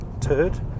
turd